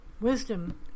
Wisdom